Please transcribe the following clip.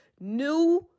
new